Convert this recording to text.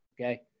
Okay